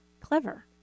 Clever